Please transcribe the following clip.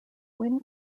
win